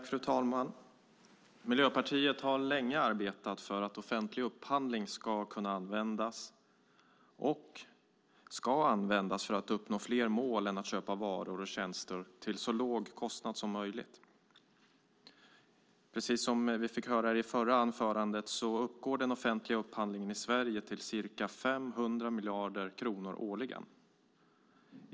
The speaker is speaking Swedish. Fru talman! Miljöpartiet har länge arbetat för att offentlig upphandling ska användas för att uppnå fler mål än att köpa varor och tjänster till så låg kostnad som möjligt. Precis som vi fick höra i det förra anförandet uppgår den offentliga upphandlingen i Sverige till ca 500 miljarder kronor årligen.